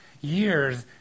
years